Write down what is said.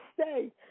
stay